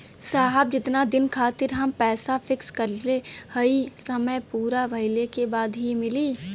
साहब जेतना दिन खातिर हम पैसा फिक्स करले हई समय पूरा भइले के बाद ही मिली पैसा?